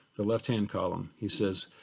the left hand column, he says